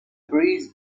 breeze